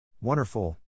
Wonderful